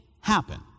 happen